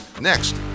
next